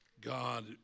God